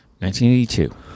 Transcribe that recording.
1982